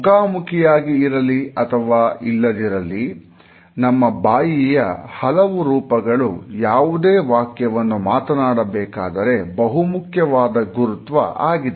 ಮುಖಾಮುಖಿಯಾಗಿ ಇರಲಿ ಅಥವಾ ಇಲ್ಲದಿರಲಿ ನಮ್ಮ ಬಾಯಿಯ ಹಲವು ರೂಪಗಳು ಯಾವುದೇ ವಾಕ್ಯವನ್ನು ಮಾತನಾಡಬೇಕಾದರೆ ಬಹುಮುಖ್ಯವಾದ ಗುರುತ್ವ ಆಗಿದೆ